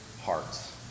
hearts